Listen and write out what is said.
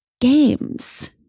games